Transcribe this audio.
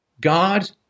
God